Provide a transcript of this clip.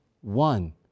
one